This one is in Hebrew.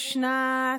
בשנת,